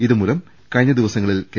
ഇതുമൂലം കഴിഞ്ഞ ദിവസങ്ങളിൽ കെ